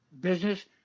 business